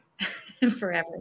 forever